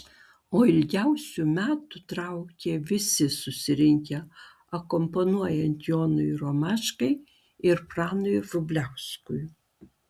o ilgiausių metų traukė visi susirinkę akompanuojant jonui romaškai ir pranui vrubliauskui